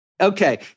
Okay